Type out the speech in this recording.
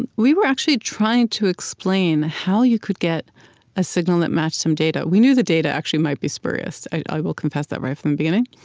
and we were actually trying to explain how you could get a signal that matched some data. we knew the data actually might be spurious i will confess that right from the beginning.